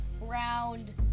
round